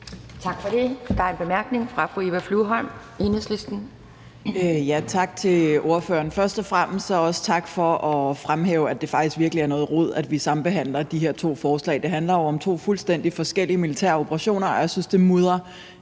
Tak for det. Der er en kort bemærkning fra fru Eva Flyvholm, Enhedslisten. Kl. 10:07 Eva Flyvholm (EL): Tak til ordføreren, og først og fremmest også tak for at fremhæve, at det faktisk virkelig er noget rod, at vi sambehandler de her to forslag. Det handler jo om to fuldstændig forskellige militære operationer, og jeg synes, det mudrer